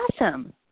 awesome